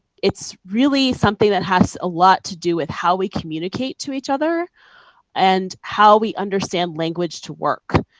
it's really something that has a lot to do with how we communicate to each other and how we understand language to work.